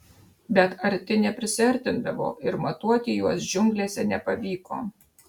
bet arti neprisiartindavo ir matuoti juos džiunglėse nepavyko